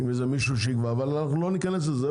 אבל לא ניכנס לזה.